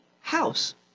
house